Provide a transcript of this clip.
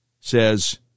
says